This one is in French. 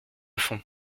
fond